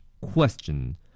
Question